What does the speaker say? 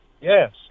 Yes